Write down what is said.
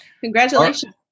congratulations